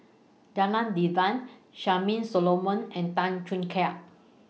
Janadas Devan Charmaine Solomon and Tan Choo Kai